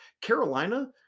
Carolina